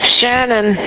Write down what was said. Shannon